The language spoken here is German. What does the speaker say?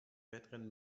wettrennen